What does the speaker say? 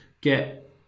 get